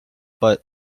but